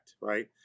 right